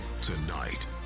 tonight